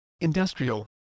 industrial